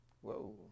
Whoa